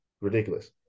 Ridiculous